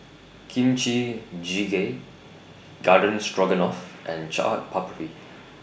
Kimchi Jjigae Garden Stroganoff and Chaat Papri